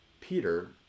Peter